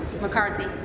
McCarthy